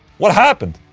what happened?